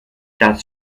das